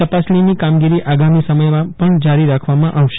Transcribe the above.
તપાસણીની કામગીરી આગામી સમયમાં પણ જારી રાખવામાં આવશે